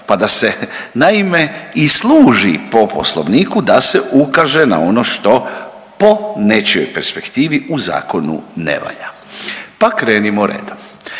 pa da se naime i služi po Poslovniku da se ukaže na ono što po nečijoj perspektivi u zakonu ne valja. Pa krenimo redom,